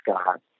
Scott